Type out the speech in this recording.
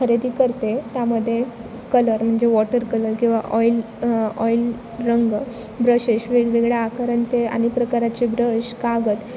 खरेदी करते त्यामध्ये कलर म्हणजे वॉटर कलर किंवा ऑइल ऑईल रंग ब्रशेश वेगवेगळ्या आकारांचे आणि प्रकाराचे ब्रश कागद